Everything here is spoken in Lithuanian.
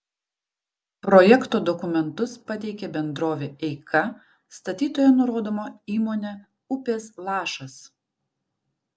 projekto dokumentus pateikė bendrovė eika statytoja nurodoma įmonė upės lašas